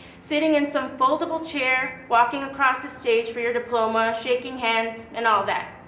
sitting in some foldable chair, walking across the stage for your diploma, shaking hands and all that.